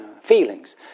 feelings